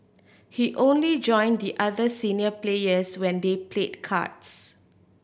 he only join the other senior players when they played cards